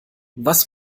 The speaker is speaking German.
was